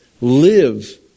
live